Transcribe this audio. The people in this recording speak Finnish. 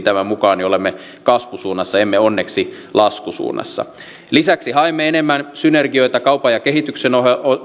tämän mukaan niin olemme kasvusuunnassa emme onneksi laskusuunnassa lisäksi haemme enemmän synergioita kaupan ja kehityksen